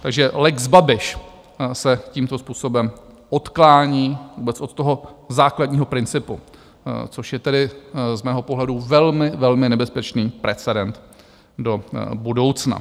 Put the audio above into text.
Takže lex Babiš se tímto způsobem odklání vůbec od toho základního principu, což je tedy z mého pohledu velmi, velmi nebezpečný precedent do budoucna.